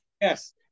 yes